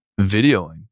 videoing